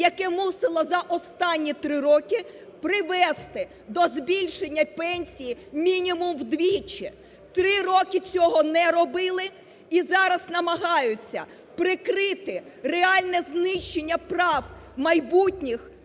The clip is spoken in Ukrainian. яке мусило за останні 3 роки привести до збільшення пенсії мінімум вдвічі. Три роки цього не робили і зараз намагаються прикрити реальне знищення прав майбутніх